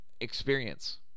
experience